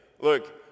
Look